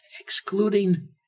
excluding